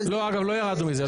אגב לא ירדנו מזה,